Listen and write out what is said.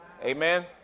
Amen